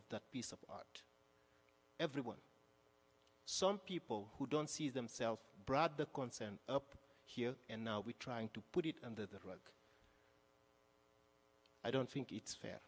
of that piece of everyone some people who don't see themselves brought the concern up here and now we're trying to put it under the rug i don't think it's fair